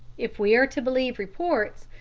if we are to believe reports,